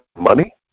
money